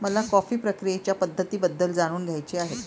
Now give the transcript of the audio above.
मला कॉफी प्रक्रियेच्या पद्धतींबद्दल जाणून घ्यायचे आहे